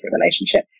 relationship